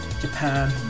Japan